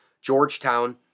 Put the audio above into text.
Georgetown